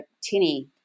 tinny